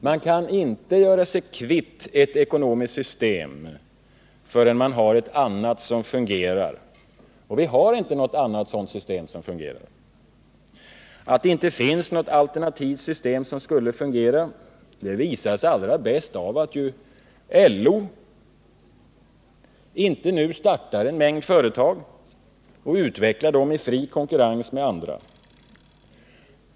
Man kan inte göra sig kvitt ett ekonomiskt system förrän man har ett annat som fungerar, och vi har inte något annat sådant system som fungerar. Att det inte finns något alternativt system som skulle fungera visas allra bäst av att LO nu inte startar en mängd företag och utvecklar dem i fri konkurrens med andra.